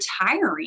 retiring